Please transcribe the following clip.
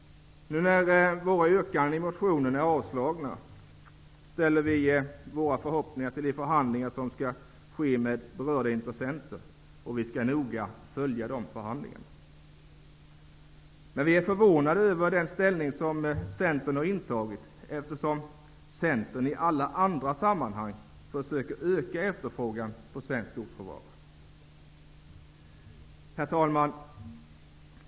Eftersom våra yrkanden i motionen har avstyrkts, knyter vi våra förhoppningar till de förhandlingar som skall ske med berörda intressenter. Vi skall noga följa de förhandlingarna. Vi är dock förvånade över den ställning som Centern har intagit. Centern försöker ju i alla andra sammanhang öka efterfrågan på svensk skogsråvara. Herr talman!